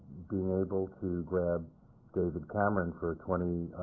being able to grab david cameron for twenty